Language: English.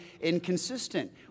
inconsistent